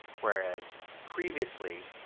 whereas previously